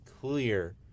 clear